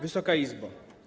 Wysoka Izbo!